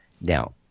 Now